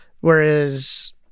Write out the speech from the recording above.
whereas